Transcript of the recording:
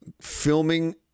filming